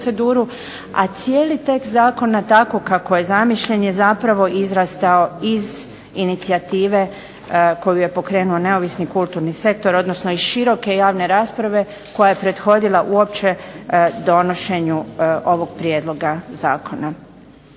a cijeli tekst zakona tako kako je zamišljen je zapravo izrastao iz inicijative koju je pokrenuo neovisni kulturni sektor, odnosno iz široke javne rasprave koja je prethodila uopće donošenju ovog prijedloga zakona.